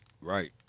Right